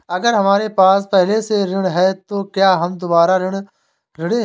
अगर हमारे पास पहले से ऋण है तो क्या हम दोबारा ऋण हैं?